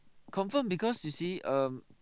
confirm because you see um